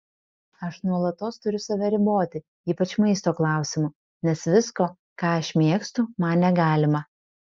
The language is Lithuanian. aš nuolatos turiu save riboti ypač maisto klausimu nes visko ką aš mėgstu man negalima